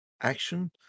action